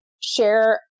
share